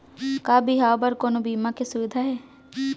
का बिहाव बर कोनो बीमा के सुविधा हे?